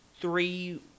three